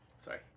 Sorry